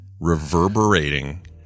reverberating